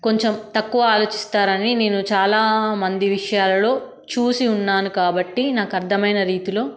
కొంచెం తక్కువ ఆలోచిస్తారని నేను చాలా మంది విషయాలలో చూసి ఉన్నాను కాబట్టి నాకు అర్థమైన రీతిలో